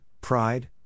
pride